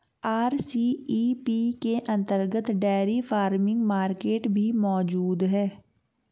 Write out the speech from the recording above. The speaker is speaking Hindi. आर.सी.ई.पी के अंतर्गत डेयरी फार्मिंग मार्केट भी मौजूद है